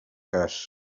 cas